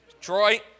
Troy